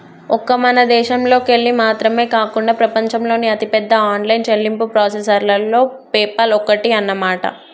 ఒక్క మన దేశంలోకెళ్ళి మాత్రమే కాకుండా ప్రపంచంలోని అతిపెద్ద ఆన్లైన్ చెల్లింపు ప్రాసెసర్లలో పేపాల్ ఒక్కటి అన్నమాట